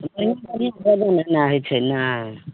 तेॅं पुलिसवलोमे अहिना होइ छै ने